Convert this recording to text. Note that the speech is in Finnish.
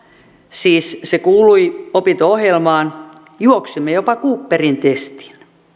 siis se kuului opinto ohjelmaan juoksimme jopa cooperin testin